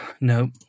No